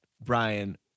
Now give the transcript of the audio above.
Brian